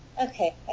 Okay